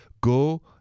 Go